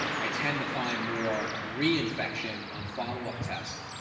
i tend to find more reinfection on follow up tests,